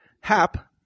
Hap